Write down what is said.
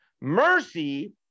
mercy